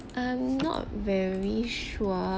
I'm not very sure